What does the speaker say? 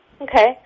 Okay